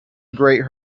great